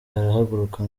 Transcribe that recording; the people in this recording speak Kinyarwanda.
arahaguruka